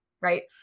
Right